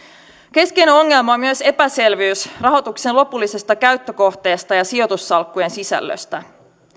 keskeinen ongelma on myös epäselvyys rahoituksen lopullisesta käyttökohteesta ja sijoitussalkkujen sisällöstä